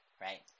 Right